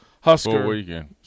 Husker